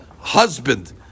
husband